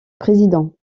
président